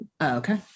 Okay